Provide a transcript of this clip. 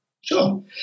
Sure